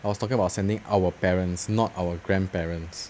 I was talking about sending our parents not our grandparents